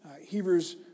Hebrews